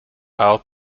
out